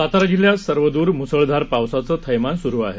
सातारा जिल्ह्यात सर्वदूर मुसळधार पावसाचे थैमान सुरु आहे